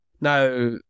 Now